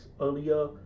earlier